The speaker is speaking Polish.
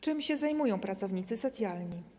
Czym się zajmują pracownicy socjalni?